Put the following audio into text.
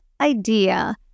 idea